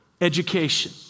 education